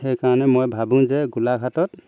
সেইকাৰণে মই ভাবোঁ যে গোলাঘাটত